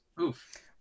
Oof